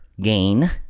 gain